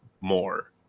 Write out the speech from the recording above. more